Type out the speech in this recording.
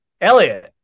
Elliot